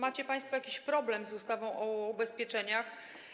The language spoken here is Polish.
Macie państwo jakiś problem z ustawą o ubezpieczeniach.